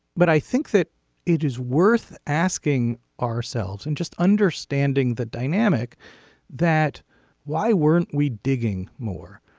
but i think that it is worth asking ourselves and just understanding the dynamic that why weren't we digging more.